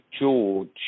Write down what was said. George